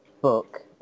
book